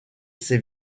ses